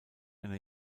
einer